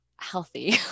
healthy